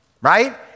right